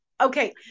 okay